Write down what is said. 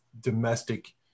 domestic